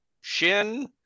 shin